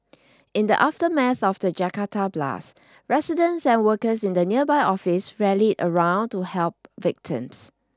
in the aftermath of the Jakarta blasts residents and workers in nearby offices rallied round to help victims